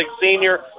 senior